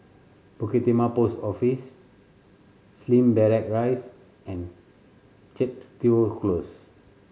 Bukit Timah Post Office Slim Barrack Rise and Chepstow Close